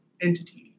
entity